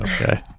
Okay